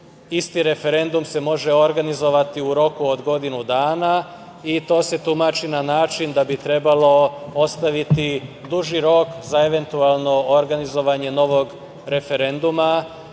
isti referendum se može organizovati u roku od godinu dana. To se tumači na način da bi trebalo ostaviti duži rok za eventualno organizovanje novog referenduma. To